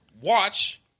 watch